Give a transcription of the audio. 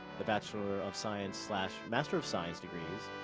the bachelor of science slash master of science degrees,